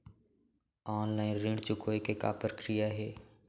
Online ऋण चुकोय के का प्रक्रिया हे?